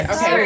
Okay